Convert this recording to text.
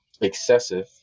excessive